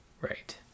Right